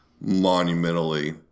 monumentally